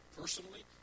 Personally